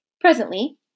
Presently